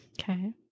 Okay